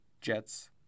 Jets